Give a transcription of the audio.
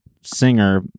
singer